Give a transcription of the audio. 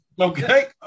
Okay